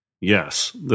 Yes